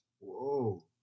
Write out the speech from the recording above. Whoa